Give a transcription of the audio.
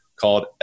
called